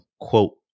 Quote